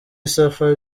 safa